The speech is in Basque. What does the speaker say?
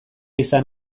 izan